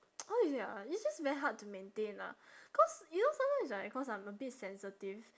how you say ah it's just very hard to maintain ah cause you know sometimes right cause I'm a bit sensitive